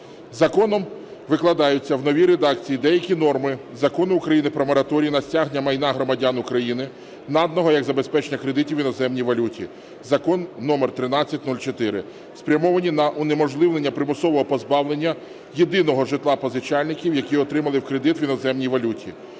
Законом викладаються в новій редакції деякі норми Закону України "Про мораторій на стягнення майна громадян України, наданого як забезпечення кредитів в іноземній валюті" (Закон №1304), спрямовані на унеможливлення примусового позбавлення єдиного житла позичальників, які отримали кредит в іноземній валюті.